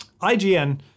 IGN